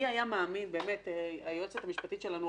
מי היה מאמין היועצת המשפטית שלנו,